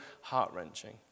heart-wrenching